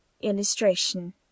Illustration